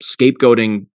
scapegoating